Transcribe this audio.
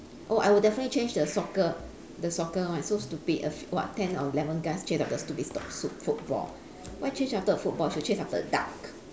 oh I would definitely change the soccer the soccer one so stupid a few what ten or eleven guys chase after a stupid football why chase after a football should chase after a duck